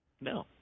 No